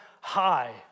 high